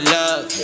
love